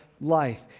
life